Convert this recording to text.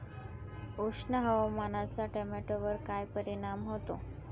उष्ण हवामानाचा टोमॅटोवर काय परिणाम होतो?